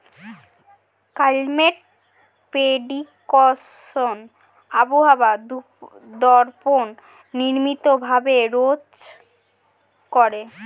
climate prediction আবহাওয়া দপ্তর নিয়মিত ভাবে রোজ করে